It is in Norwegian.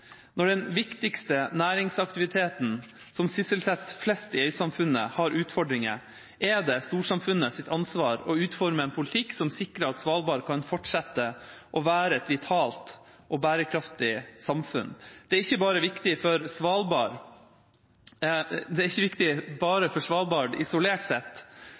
Når den viktigste næringsaktiviteten – som sysselsetter flest i øysamfunnet – har utfordringer, er det storsamfunnets ansvar å utforme en politikk som sikrer at Svalbard kan fortsette å være et vitalt og bærekraftig samfunn. Det er ikke viktig bare for Svalbard isolert sett fordi det skaper nye arbeidsplasser, men det er også viktig